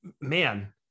man